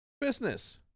business